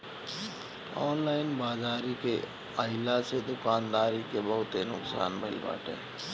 online बाजारी के आइला से दुकानदारी के बहुते नुकसान भईल बाटे